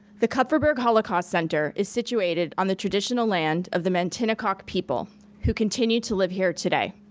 the kupferberg holocaust center is situated on the traditional land of the mantinecock people who continue to live here today.